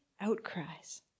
outcries